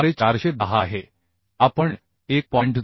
द्वारे 410 आहे आपण 1